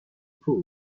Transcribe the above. pool